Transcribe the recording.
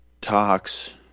talks